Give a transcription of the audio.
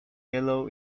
yellow